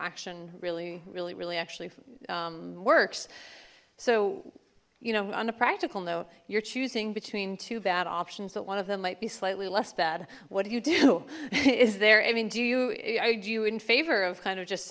action really really really actually works so you know on a practical note you're choosing between two bad options that one of them might be slightly less bad what do you do is there i mean do you i do in favor of kind of just